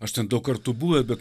aš ten daug kartų buvę bet